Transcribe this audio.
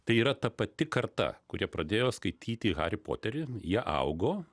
tai yra ta pati karta kurie pradėjo skaityti harį poterį jie augo